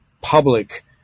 public